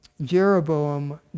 Jeroboam